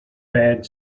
bed